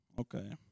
Okay